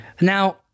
now